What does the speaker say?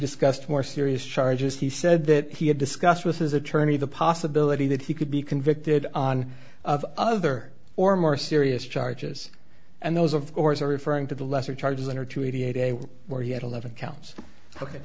discussed more serious charges he said that he had discussed with his attorney the possibility that he could be convicted on of other or more serious charges and those of course are referring to the lesser charges under two eighty eight a where he had eleven counts ok